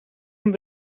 een